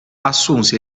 assunse